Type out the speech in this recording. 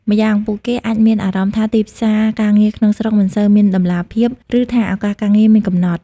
ម្យ៉ាងពួកគេអាចមានអារម្មណ៍ថាទីផ្សារការងារក្នុងស្រុកមិនសូវមានតម្លាភាព ឬថាឱកាសការងារមានកំណត់។